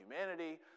humanity